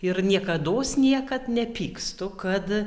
ir niekados niekad nepykstu kad